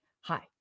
hi